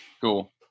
Cool